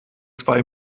zwei